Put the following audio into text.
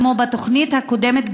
כמו בתוכנית הקודמת,